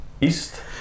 East